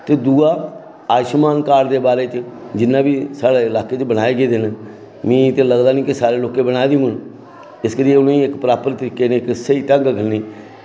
ते दूआ आयुषमान कार्ड दे बारै च जिन्ने बी साढ़े लाकै दे बनाए गेदे न मिगी ते लगदा निं कि सारे लोकें बनाए दे होङन इस करियै उ'नेंगी प्रॉपर तरीकै कन्नै स्हेई ढंग कन्नै